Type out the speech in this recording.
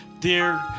Dear